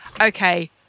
okay